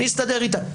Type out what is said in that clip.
אני אסתדר איתם.